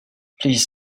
please